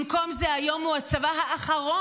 במקום זה, היום הוא הצבא האחרון,